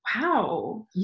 Wow